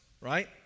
right